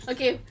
Okay